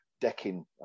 decking